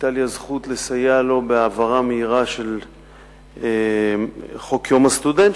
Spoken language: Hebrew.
היתה לי הזכות לסייע לו בהעברה מהירה של חוק יום הסטודנט,